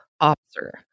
Officer